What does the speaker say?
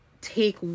take